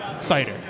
cider